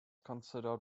considered